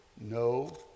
no